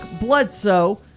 Bledsoe